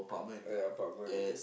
ya apartment